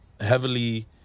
heavily